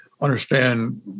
Understand